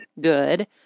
good